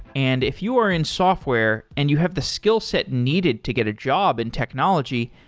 and if you are in software and you have the skillset needed to get a job in technology,